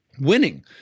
winning